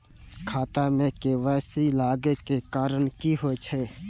खाता मे के.वाई.सी लागै के कारण की होय छै?